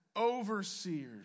overseers